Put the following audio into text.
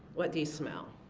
what do you smell?